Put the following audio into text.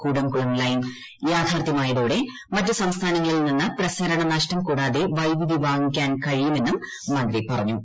Kudankulam line യാഥാർഥ്യമായതോടെ മറ്റു സംസ്ഥാനങ്ങളിൽ നിന്ന് പ്രസരണ നഷ്ടം കൂടാതെ വൈദ്യുതി വാങ്ങിക്കാൻ കഴിയുമെന്നും മന്ത്രി പറഞ്ഞു